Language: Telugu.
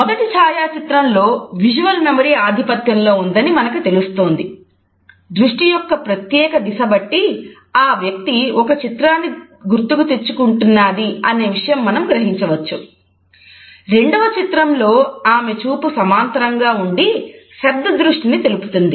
మొదటి ఛాయా చిత్రం లో విజువల్ మెమరీ తెలుపుతున్నది